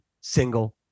single